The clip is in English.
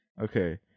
Okay